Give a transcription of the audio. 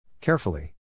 Carefully